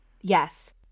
Yes